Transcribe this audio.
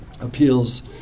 appeals